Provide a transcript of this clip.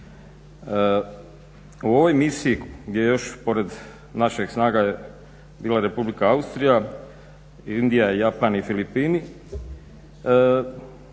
U ovoj misiji gdje je još pored naših snaga bila Republika Austrija, Indija, Japan i Filipini